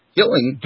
killing